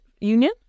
union